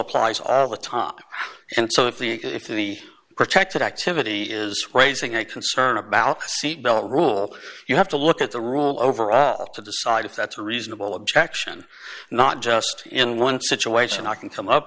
applies are the top and so if the if the protected activity is raising a concern about seat belt rule you have to look at the rule over us to decide if that's a reasonable objection not just in one situation i can come up